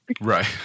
Right